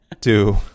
Two